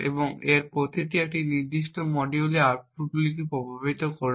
এবং এর প্রতিটি এই নির্দিষ্ট মডিউলের আউটপুটগুলিকে প্রভাবিত করবে